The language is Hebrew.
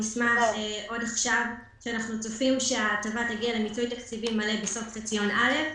אנחנו צופים שההטבה תגיע למיצוי תקציבי מלא בסוף חציון א',